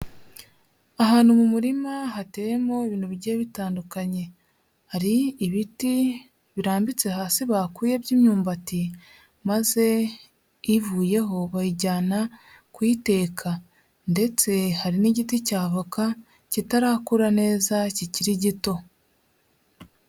Ahantu mu murima hateyemo ibintu bigiye bitandukanye, hari ibiti birambitse hasi bakuye by'imyumbati maze ivuyeho bayijyana kuyiteka ndetse hari n'igiti cy'avoka kitarakura neza kikiri gito.